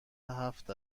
هفت